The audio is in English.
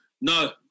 No